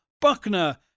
Buckner